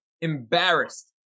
embarrassed